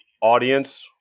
audience